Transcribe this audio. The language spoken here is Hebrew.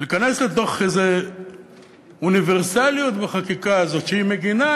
להיכנס לתוך איזה אוניברסליות בחקיקה הזאת שמגינה